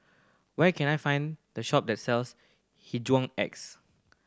where can I find the shop that sells Hygin X